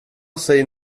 sig